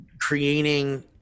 creating